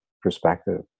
perspective